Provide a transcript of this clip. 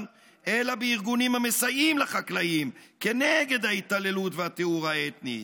אלא בארגונים המסייעים לחקלאים כנגד ההתעללות והטיהור האתני.